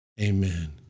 Amen